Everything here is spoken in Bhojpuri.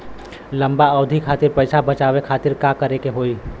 लंबा अवधि खातिर पैसा बचावे खातिर का करे के होयी?